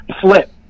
flip